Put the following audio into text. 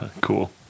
Cool